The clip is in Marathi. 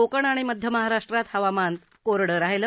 कोकण आणि मध्य महाराष्ट्रात हवामान कोरडं राहिलं